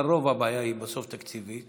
אבל רוב הבעיה היא בסוף תקציבית.